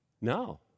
No